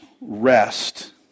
rest